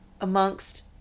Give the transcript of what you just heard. amongst